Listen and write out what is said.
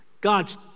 God's